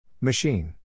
Machine